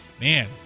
man